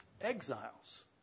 Exiles